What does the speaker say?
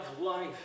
life